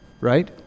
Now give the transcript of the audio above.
right